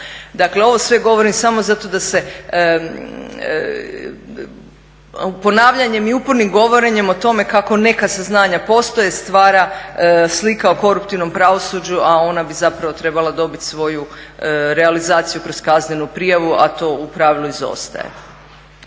Dakle, ovo sve govorim samo zato da se ponavljanjem i upornim govorenjem o tome kako neka saznanja postoje stvara slika o koruptivnom pravosuđu a ona bi zapravo trebala dobiti svoju realizaciju kroz kazneno prijavu a to u pravilu izostaje.